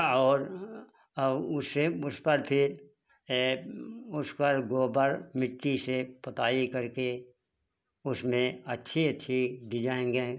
और और उससे उसका गेट उसका गोबर मिट्टी से पोताई करके उसमें अच्छी अच्छी डिजाइनें